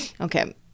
Okay